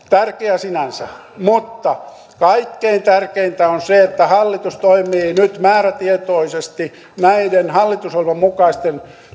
tärkeä sinänsä mutta kaikkein tärkeintä on se että hallitus toimii nyt määrätietoisesti näiden hallitusohjelman mukaisten